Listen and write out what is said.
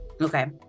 okay